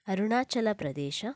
Arunachal Pradesh